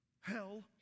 hell